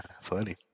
funny